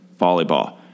Volleyball